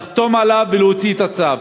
לחתום עליו ולהוציא את הצו.